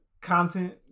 content